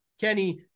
Kenny